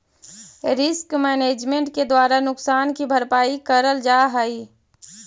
risk management के द्वारा नुकसान की भरपाई करल जा हई